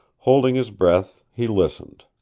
holding his breath, he listened.